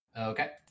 Okay